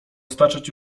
staczać